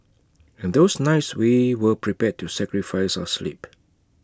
and those nights we were prepared to sacrifice our sleep